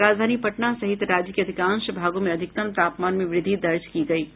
राजधानी पटना सहित राज्य के अधिकांश भागों में अधिकतम तापमान में वृद्धि दर्ज की गई है